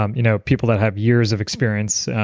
um you know people that have years of experience.